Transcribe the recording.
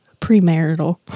Premarital